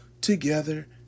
Together